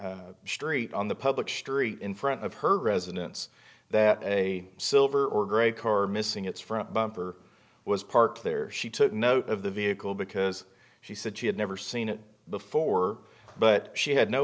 the street on the public street in front of her residence that a silver or gray car missing its front bumper was parked there she took note of the vehicle because she said she had never seen it before but she had no